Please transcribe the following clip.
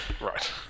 Right